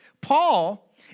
Paul